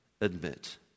Admit